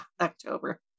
october